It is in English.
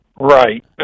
Right